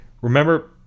Remember